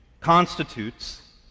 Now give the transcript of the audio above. constitutes